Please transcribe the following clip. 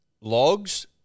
logs